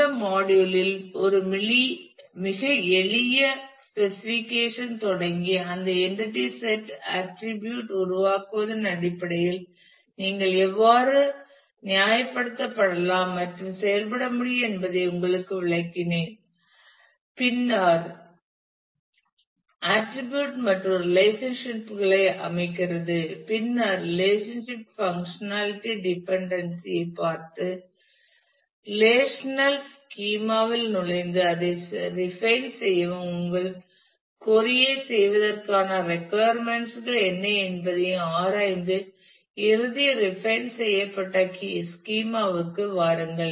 இந்த மாடியுல் இல் ஒரு மிக எளிய ஸ்பெசிஃபிகேஷன் தொடங்கி அந்த என்டிடி செட் ஆட்டிரிபியூட் உருவாக்குவதன் அடிப்படையில் நீங்கள் எவ்வாறு நியாயப்படுத்தலாம் மற்றும் செயல்பட முடியும் என்பதை உங்களுக்கு விளக்கினேன் பின்னர் ஆட்டிரிபியூட் மற்றும் ரெலேஷன்சிப் களை அமைக்கிறது பின்னர் ரெலேஷனல் பங்க்ஷன்நாலடி டிப்பன்டன்சி ஐ பார்த்து ரெலேஷனல் ஸ்கீமா இல் நுழைந்து அதைச் ரிபைன் செய்யவும் உங்கள் கொறி ஐ செய்வதற்கான ரெக்குயர்மென்ட்ஸ் கள் என்ன என்பதையும் ஆராய்ந்து இறுதி ரிபைன் செய்யப்பட்ட ஸ்கீமா ற்கு வாருங்கள்